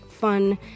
fun